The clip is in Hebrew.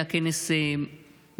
היה כנס מדהים.